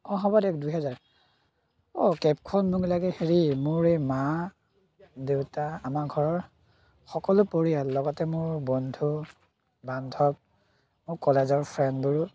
অঁ হ'ব দিয়ক দুহেজাৰ অঁ কেবখন মোক লাগে হেৰি মোৰ এই মা দেউতা আমাৰ ঘৰৰ সকলো পৰিয়াল লগতে মোৰ বন্ধু বান্ধৱ মোৰ কলেজৰ ফ্ৰেণ্ডবোৰো